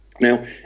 Now